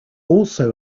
also